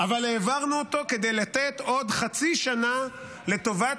אבל העברנו אותו כדי לתת עוד חצי שנה לטובת